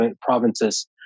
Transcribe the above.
provinces